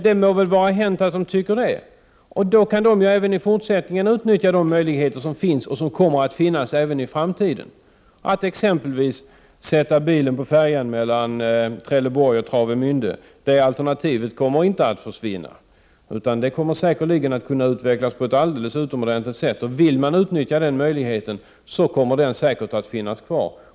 Det må vara hänt att man tycker det, och då kan man ju även i fortsättningen utnyttja de möjligheter som finns och kommer att finnas. Att sätta bilen på färjan mellan Trelleborg och Traveminde är exempelvis ett alternativ som inte kommer att försvinna utan säkerligen kan utvecklas på ett alldeles utmärkt sätt. Vill man utnyttja den möjligheten, kommer den sannolikt att finnas kvar.